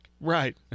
Right